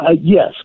Yes